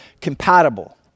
compatible